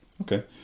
Okay